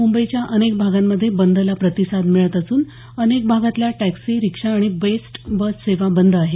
मुंबईच्या अनेक भागांमध्ये बंदला प्रतिसाद मिळत असून अनेक भागातल्या टॅक्सी रिक्षा आणि बेस्ट बस सेवा बंद आहेत